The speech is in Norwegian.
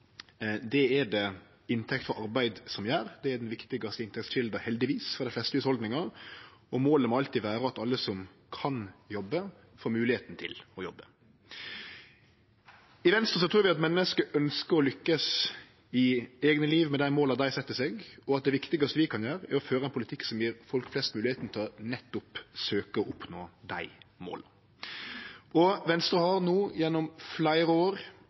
Det er det inntekt frå arbeid som gjer. Det er den viktigaste inntektskjelda – heldigvis – for dei fleste hushald, og målet må alltid vere at alle som kan jobbe, får moglegheita til å jobbe. I Venstre trur vi at menneske ønskjer å lykkast i eige liv med dei måla dei set seg, og at det viktigaste vi kan gjere, er å føre ein politikk som gjev folk flest moglegheita til nettopp å søkje å oppnå dei måla. Venstre har gjennom fleire år